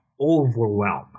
overwhelm